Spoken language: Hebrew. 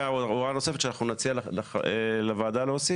ויש הוראה נוספת שנציע לוועדה להוסיף,